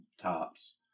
Tops